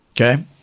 Okay